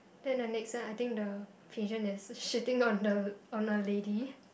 then the next one I think the pigeon is shitting on the on a lady